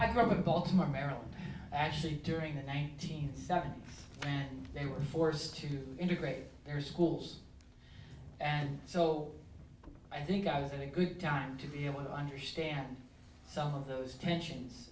i grew up with baltimore maryland actually during the nineteenth century and they were forced to integrate their schools and so i think i was in a good time to be able to understand some of those tensions